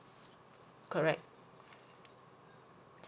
correct